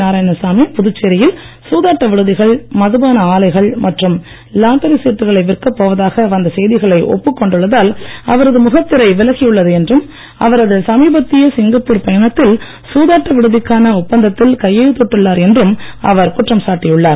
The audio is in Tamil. நாராயணசாமி புதுச்சேரியில் சூதாட்ட விடுதிகள் மதுபான ஆலைகள் மற்றும் லாட்டரி சீட்டுகளை விற்க போகவதாக வந்த செய்திகளை ஒப்புக் கொண்டுள்ளதால் அவரது முகத்திரை விலகியுள்ளது என்றும் அவரது சமீபத்திய சிங்கப்பூர் பயணத்தில் சூதாட்ட விடுதிக்கான ஒப்பந்தத்தில் கையெழுத்திட்டுள்ளார் என்றும் அவர் குற்றம் சாட்டியுள்ளார்